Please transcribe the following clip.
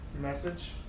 message